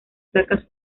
placas